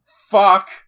Fuck